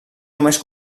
només